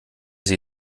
sie